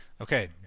Okay